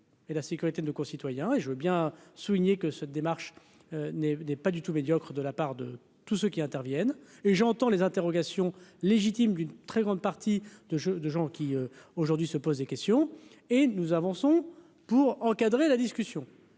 Et la sécurité de nos concitoyens et je veux bien souligner que cette démarche n'est pas du tout médiocre de la part de tous ceux qui interviennent et j'entends les interrogations légitimes d'une très grande partie de jeu, de gens qui aujourd'hui se pose des questions et nous avançons pour encadrer la discussion.